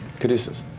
caduceus.